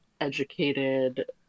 educated